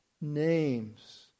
names